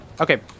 Okay